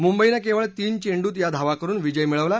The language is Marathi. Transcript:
मुंबईनं केवळ तीन चेंडूत या धावा करून विजय मिळवला